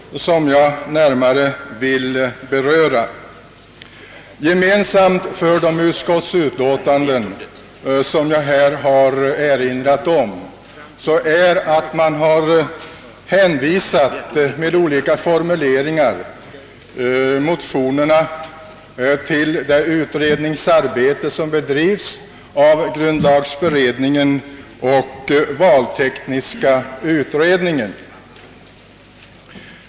Gemensamt för samtliga utlåtanden är att utskottet med olika motiveringar har hänwvisat motionerna till behandling av grundlagberedningen och valtekniska utredningen.